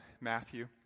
Matthew